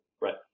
Right